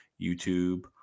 YouTube